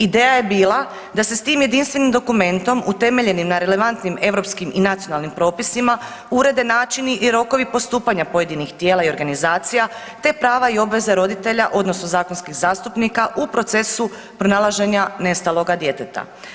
Ideja je bila da se s tim jedinstvenim dokumentom utemeljenim na relevantnim europskim i nacionalnim propisima urede načini i rokovi postupanja pojedinih tijela i organizacija te prava i obveze roditelja odnosno zakonskih zastupnika u procesu pronalaženja nestaloga djeteta.